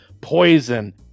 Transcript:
Poison